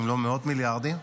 אם לא מאות מיליארדים,